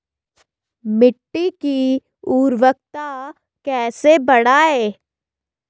मिट्टी की उर्वरकता कैसे बढ़ायें?